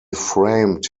framed